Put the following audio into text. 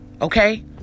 okay